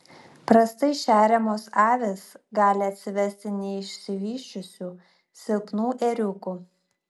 prastai šeriamos avys gali atsivesti neišsivysčiusių silpnų ėriukų